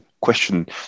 question